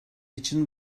için